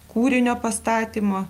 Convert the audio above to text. kūrinio pastatymo